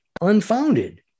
unfounded